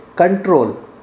control